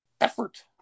effort